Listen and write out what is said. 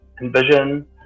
Envision